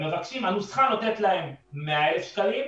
הנוסחה נותנת להם 100,000 שקלים,